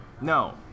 No